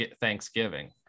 thanksgiving